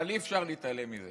אבל אי-אפשר להתעלם מזה